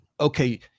okay